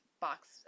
box